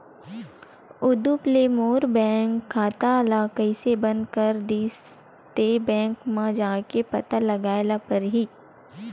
उदुप ले मोर बैंक खाता ल कइसे बंद कर दिस ते, बैंक म जाके पता लगाए ल परही